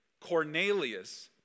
Cornelius